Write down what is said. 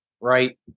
right